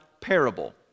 parable